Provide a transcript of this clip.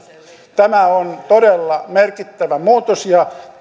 tämä on todella merkittävä muutos ja